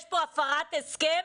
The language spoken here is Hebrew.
יש פה הפרת הסכם,